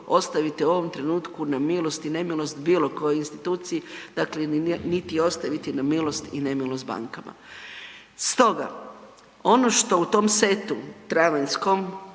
ostavite u ovom trenutku na milost i nemilost bilo kojoj instituciji, dakle niti ostaviti na milost i nemilost bankama. Stoga, ono što u tom setu travanjskom,